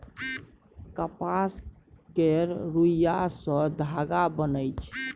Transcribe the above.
कपास केर रूइया सँ धागा बनइ छै